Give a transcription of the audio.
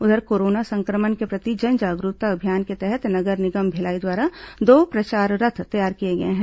उधर कोरोना संक्रमण के प्रति जन जागरूकता अभियान के तहत नगर निगम भिलाई द्वारा दो प्रचार रथ तैयार किए गए हैं